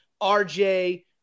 RJ